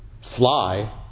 fly